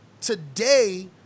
Today